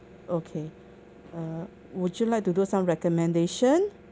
okay uh would you like to do some recommendation